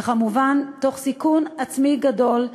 וכמובן תוך סיכון עצמי גדול,